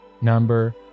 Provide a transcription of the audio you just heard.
number